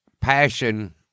passion